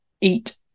eat